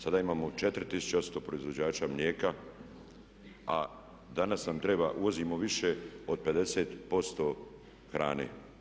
Sada imamo 4800 proizvođača mlijeka, a danas nam treba, uvozimo više od 50% hrane.